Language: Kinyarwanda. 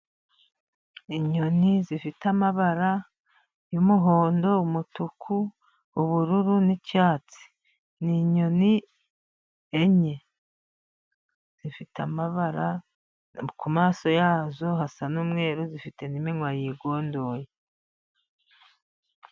Inyoni zifite amabara y'umuhondo, umutuku, ubururu n'icyatsi. Ni inyoni enye zifite amabara, ku maso yazo hasa n'umweru. Zifite n'iminwa yigondoye.